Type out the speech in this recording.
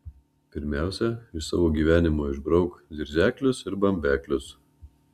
pirmiausia iš savo gyvenimo išbrauk zirzeklius ir bambeklius